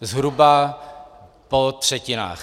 Zhruba po třetinách.